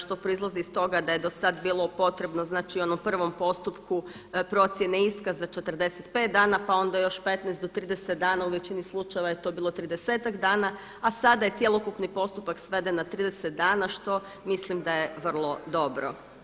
Što proizlazi iz toga da je do sada bilo potrebno, znači u onom prvom postupku procjene iskaza 45 dana pa onda još 15 do 30 dana, u većini slučajeva je to bilo 30-ak dana a sada je cjelokupni postupak sveden na 30 dana što mislim da je vrlo dobro.